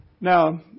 Now